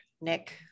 nick